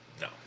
No